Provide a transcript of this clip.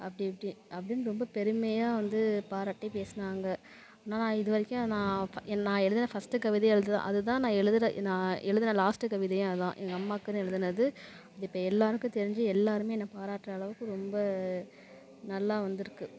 அப்படி அப்படி அப்படின்னு ரொம்ப பெருமையாக வந்து பாராட்டி பேசினாங்க இன்னும் நான் இதுவரைக்கும் நான் என் நான் எழுதுன ஃபஸ்ட்டு கவிதை அதுதான் அதுதான் நான் எழுதுற நான் எழுதுன லாஸ்ட் கவிதையும் அதுதான் எங்கள் அம்மாவுக்குன்னு எழுதுனது இப்போ எல்லோருக்கும் தெரிஞ்சு எல்லோருமே என்னை பாராட்டுற அளவுக்கு ரொம்ப நல்லா வந்திருக்கு